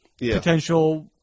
potential